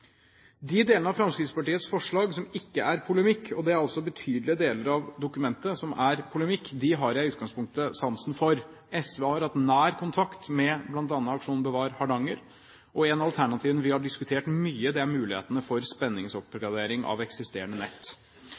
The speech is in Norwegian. De delene av Fremskrittspartiets forslag som ikke er polemikk, og det er altså betydelig deler av dokumentet som er polemikk, har jeg i utgangspunktet sansen for. SV har hatt nær kontakt med bl.a. aksjonen Bevar Hardanger!, og et av alternativene vi har diskutert mye, er mulighetene for spenningsoppgradering av eksisterende nett.